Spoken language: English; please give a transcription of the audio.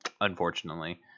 unfortunately